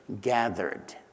gathered